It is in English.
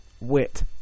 wit